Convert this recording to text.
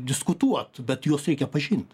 diskutuot bet juos reikia pažint